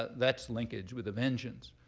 that's linkage with a vengeance.